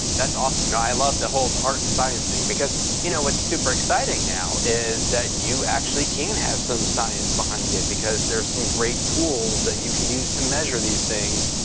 that's awesome. now, i love the whole art and science thing because you know what's super exciting now is that you actually can have some science behind it because there's some great tools you can use to measure these things